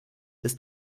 ist